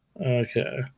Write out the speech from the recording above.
Okay